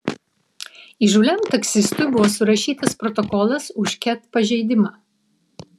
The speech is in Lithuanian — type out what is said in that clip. įžūliam taksistui buvo surašytas protokolas už ket pažeidimą